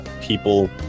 people